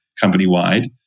company-wide